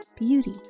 beauty